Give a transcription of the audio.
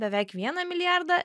beveik vieną milijardą